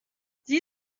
sie